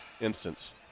instance